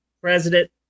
president